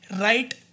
right